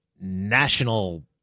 national